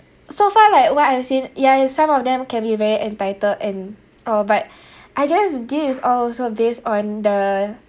so far like what I've seen yeah in some of them can be very entitled and all but I guess this is all also based on the